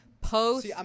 Post